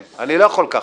אני לא יכול ככה,